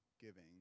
giving